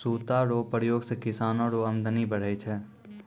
सूता रो प्रयोग से किसानो रो अमदनी बढ़ै छै